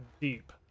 deep